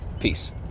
peace